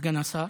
נא לסיים.